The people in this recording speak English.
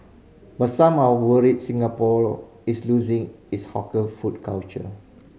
but some are worried Singapore is losing its hawker food culture